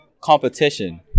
competition